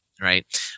right